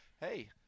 hey